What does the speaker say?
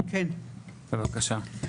בבקשה.